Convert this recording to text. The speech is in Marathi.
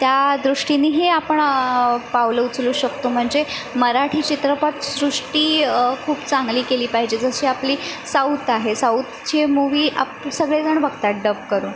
त्या दृष्टीनेही आपण पावलं उचलू शकतो म्हणजे मराठी चित्रपटसृष्टी खूप चांगली केली पाहिजे जशी आपली साउत आहे साउतची मुवी आपण सगळे जणं बघत आहेत डब करून